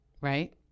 right